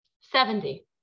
Seventy